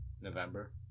November